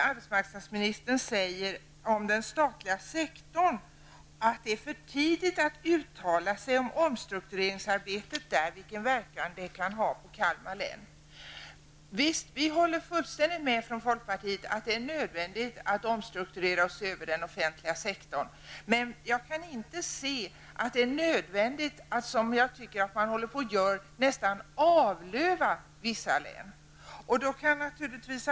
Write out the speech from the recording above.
Arbetsmarknadsministern säger att det är för tidigt att uttala sig om vilken verkan omstruktureringsarbetet inom den statliga sektorn kan ha på Kalmar län. Vi håller från folkpartiet fullständigt med om att det är nödvändigt att omstrukturera och se över den offentliga sektorn. Men jag kan inte se att det är nödvändigt att nästan avlöva vissa län, vilket jag tycker att man nu håller på med.